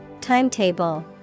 Timetable